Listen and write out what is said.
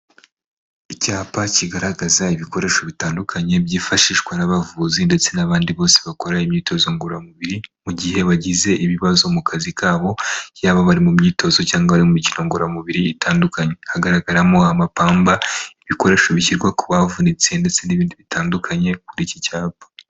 Icyapa kigaragaza ibikoresho bitandukanye byifashishwa n'abavuzi ndetse n'abandi bose bakora imyitozo ngororamubiri ,mu gihe bagize ibibazo mu kazi kabo yaba bari mu myitozo cyangwa ari mikino ngororamubiri itandukanye. Hagaragaramo amapamba, ibikoresho bishyirwa ku bavunitse ndetse n'ibindi bitandukanye kuri iki cyapa.